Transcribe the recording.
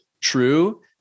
true